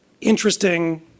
interesting